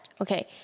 okay